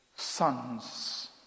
Sons